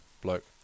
bloke